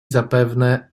zapewne